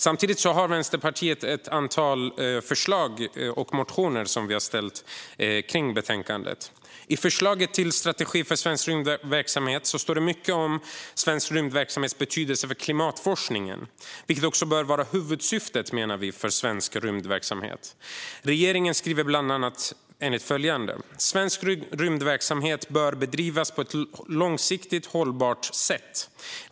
Samtidigt har Vänsterpartiet ett antal förslag och motioner i betänkandet. I förslaget till strategi för svensk rymdverksamhet står det mycket om svensk rymdverksamhets betydelse för klimatforskningen, vilket också bör vara huvudsyftet med svensk rymdverksamhet. Regeringen skriver bland annat följande: "Svensk rymdverksamhet bör bedrivas på ett långsiktigt hållbart sätt .